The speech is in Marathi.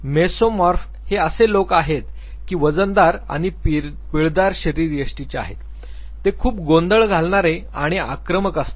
मेसोमोर्फ्स हे असे लोक आहेत की वजनदार आणि पिळदार शरीरयष्टीचे आहेत ते खूप गोंधळ घालणारे आणि आक्रमक असतात